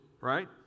right